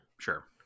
sure